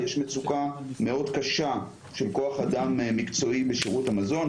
שיש מצוקה קשה מאוד של כוח אדם מקצועי בשירות המזון.